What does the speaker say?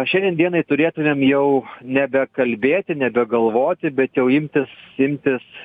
šiandien dienai turėtumėm jau nebekalbėti nebegalvoti bet jau imtis imtis